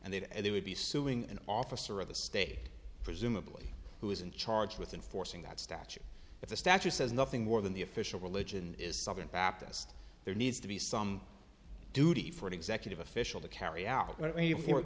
and they'd and they would be suing an officer of the state presumably who is in charge with enforcing that statute if the statute says nothing more than the official religion is southern baptist there needs to be some duty for an executive official to carry out